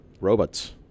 Robots